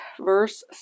verse